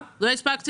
בבקשה,